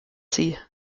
sie